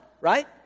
Right